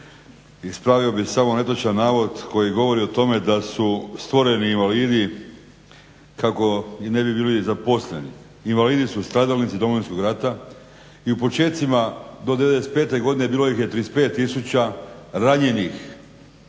ispravio bih samo netočan navod koji govori o tome da su stvoreni invalidi kako ne bi bili zaposleni. Invalidi su stradalnici Domovinskog rata i u počecima do '95. godine bilo ih je 35000 ranjenih